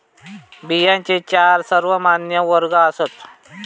बियांचे चार सर्वमान्य वर्ग आसात